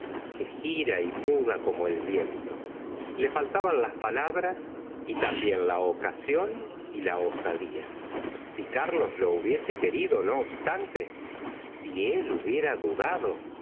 que gira y muda como el viento le faltaban las palabras y también la ocasión y la osadía si carlos lo hubiese querido no obstante si él hubiera dudado